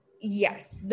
Yes